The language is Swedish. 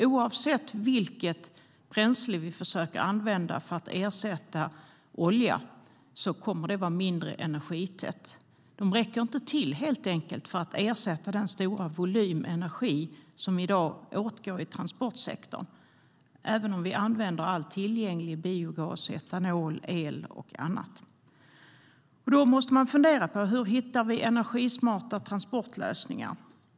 Oavsett vilket bränsle vi försöker använda för att ersätta olja kommer det att vara mindre energitätt. De räcker helt enkelt inte till för att ersätta den stora volym energi som i dag åtgår i transportsektorn även om vi använder all tillgänglig biogas, etanol, el och annat. Då måste man fundera på hur vi hittar energismarta transportlösningar.